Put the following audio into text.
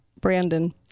Brandon